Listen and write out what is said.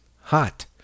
hot